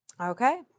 Okay